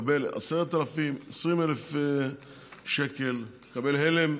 אדם מקבל 10,000, 20,000 שקל, מקבל הלם,